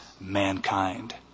mankind